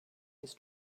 his